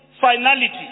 finality